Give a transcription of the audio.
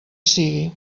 sigui